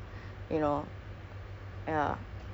eight years is a really long time